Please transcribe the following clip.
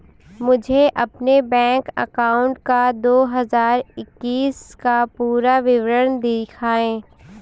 मुझे अपने bank account का दो हज़ार इक्कीस का पूरा विवरण दिखाएँ?